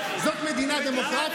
אתה מדבר?